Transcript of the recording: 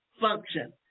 function